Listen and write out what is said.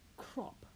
crop